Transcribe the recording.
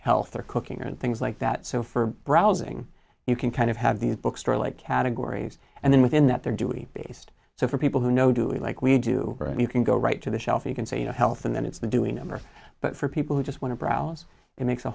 healthier cooking and things like that so for browsing you can kind of have these bookstore like categories and then within that they're doing based so for people who know do it like we do you can go right to the shelf you can say you know health and then it's the doing number but for people who just want to browse it makes a